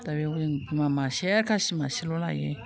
दा बेवनो बिमा मासे खासि मासेल' लायो